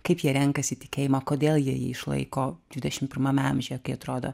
kaip jie renkasi tikėjimą kodėl jie jį išlaiko dvidešim pirmame amžiuje kai atrodo